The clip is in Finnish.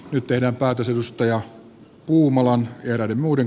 nyt tehdään päätös tuomo puumalan ynnä muuta